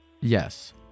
Yes